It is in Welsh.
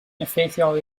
effeithiol